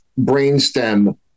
brainstem